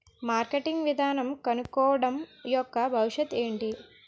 Marketing విధానం కనుక్కోవడం యెక్క భవిష్యత్ ఏంటి?